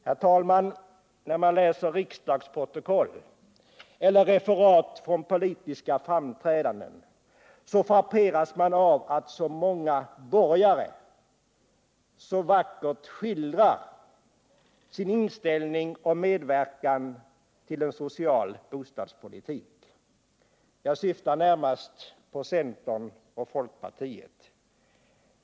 Herr talman! När man läser riksdagsprotokoll eller referat från politiska framträdanden, frapperas man av att så många borgare så vackert skildrar sin inställning att vilja medverka till en social bostadspolitik. Jag syftar närmast på centern och folkpartiet.